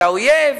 את האויב,